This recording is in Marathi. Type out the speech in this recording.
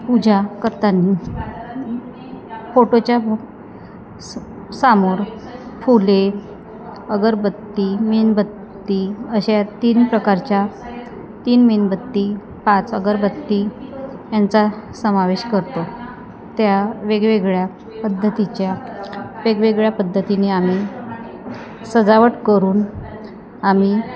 पूजा करताना फोटोच्या स समोर फुले अगरबत्ती मेणबत्ती अशा तीन प्रकारच्या तीन मेणबत्ती पाच अगरबत्ती यांचा समावेश करतो त्या वेगवेगळ्या पद्धतीच्या वेगवेगळ्या पद्धतीने आम्ही सजावट करून आम्ही